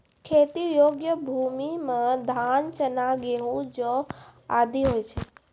खेती योग्य भूमि म धान, चना, गेंहू, जौ आदि होय छै